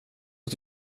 att